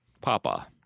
Papa